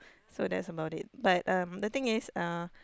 so that's about it but um the thing is uh